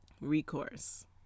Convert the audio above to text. recourse